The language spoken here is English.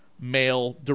male